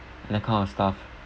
and that kind of stuff